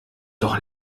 doch